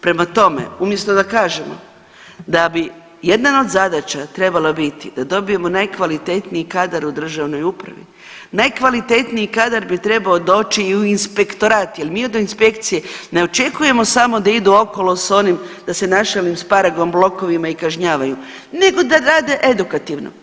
Prema tome, umjesto da kažemo da bi jedna od zadaća trebala biti da dobijemo najkvalitetniji kadar u državnoj upravi, najkvalitetniji kadar bi trebao doći i u inspektorat jer mi od inspekcije ne očekujemo samo da idu okolo s onim, da se našalim sa paragon blokovima i kažnjavaju nego da rade edukativno.